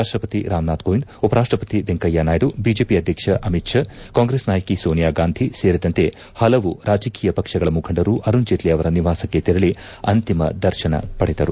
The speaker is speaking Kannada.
ರಾಷ್ಟಪತಿ ರಾಮನಾಥ್ ಕೋವಿಂದ್ ಉಪರಾಷ್ಟಪತಿ ವೆಂಕಯ್ಯ ನಾಯ್ಗು ಬಿಜೆಪಿ ಅಧ್ಯಕ್ಷ ಅಮಿತ್ ಷಾ ಕಾಂಗ್ರೆಸ್ ನಾಯಕಿ ಸೋನಿಯಾ ಗಾಂಧಿ ಸೇರಿದಂತೆ ಹಲವು ರಾಜಕೀಯ ಪಕ್ಷಗಳ ಮುಖಂಡರು ಅರುಣ್ ಜೇಟ್ಲಿ ಅವರ ನಿವಾಸಕ್ಕೆ ತೆರಳಿ ಅಂತಿಮ ದರ್ಶನ ಪಡೆದರು